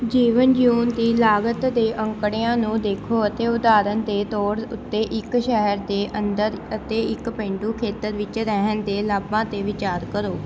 ਜੀਵਨ ਜਿਊਣ ਦੀ ਲਾਗਤ ਦੇ ਅੰਕੜਿਆਂ ਨੂੰ ਦੇਖੋ ਅਤੇ ਉਦਾਹਰਨ ਦੇ ਤੌਰ ਉੱਤੇ ਇੱਕ ਸ਼ਹਿਰ ਦੇ ਅੰਦਰ ਅਤੇ ਇੱਕ ਪੇਂਡੂ ਖੇਤਰ ਵਿੱਚ ਰਹਿਣ ਦੇ ਲਾਭਾਂ 'ਤੇ ਵਿਚਾਰ ਕਰੋ